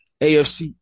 AFC